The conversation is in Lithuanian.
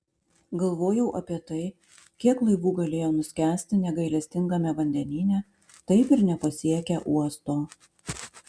galvojau apie tai kiek laivų galėjo nuskęsti negailestingame vandenyne taip ir nepasiekę uosto